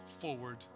forward